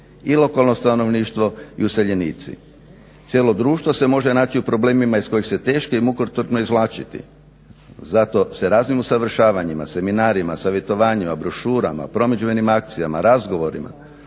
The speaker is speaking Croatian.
i lokalno stanovništvo i useljenici. Cijelo društvo se može naći u problemima iz kojeg se teško i mukotrpno izvlačiti, zato se raznim usavršavanjima, seminarima, savjetovanjima, brošurama, promidžbenim akcijama, razgovorima